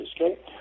okay